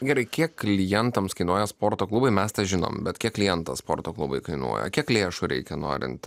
gerai kiek klientams kainuoja sporto klubai mes tą žinome bet kiek klientas sporto klubai kainuoja kiek lėšų reikia norint